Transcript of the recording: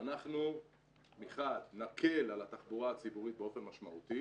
שאנחנו מחד נקל על התחבורה הציבורית באופן משמעותי